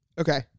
Okay